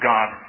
God